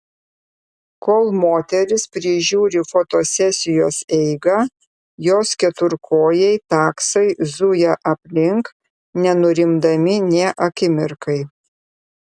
kol moteris prižiūri fotosesijos eigą jos keturkojai taksai zuja aplink nenurimdami nė akimirkai